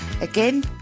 Again